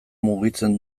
mugitzen